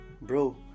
Bro